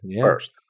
first